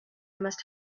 must